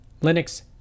Linux